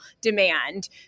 demand